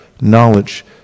knowledge